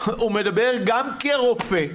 הוא מדבר גם כרופא,